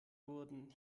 wurden